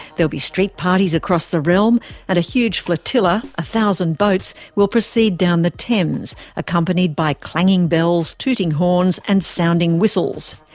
there'll be street parties across the realm and a huge flotilla a thousand boats will proceed down the thames, accompanied by clanging bells, tooting horns and sounding whistles.